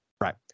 right